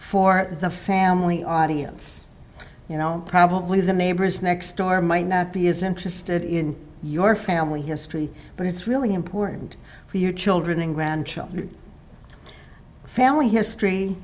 for the family audience you know probably the neighbors next door might not be as interested in your family history but it's really important for your children and grandchildren family history